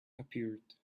appeared